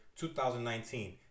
2019